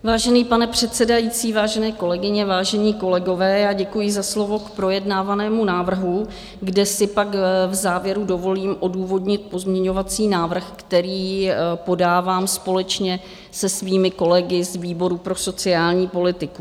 Vážený pane předsedající, vážené kolegyně, vážení kolegové, děkuji za slovo k projednávanému návrhu, kde si pak v závěru dovolím odůvodnit pozměňovací návrh, který podávám společně se svými kolegy z výboru pro sociální politiku.